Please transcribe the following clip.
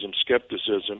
skepticism